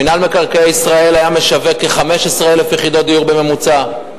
מינהל מקרקעי ישראל שיווק כ-15,000 יחידות דיור בממוצע,